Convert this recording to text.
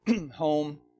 home